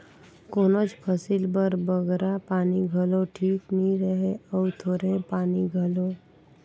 कोनोच फसिल बर बगरा पानी घलो ठीक नी रहें अउ थोरहें पानी घलो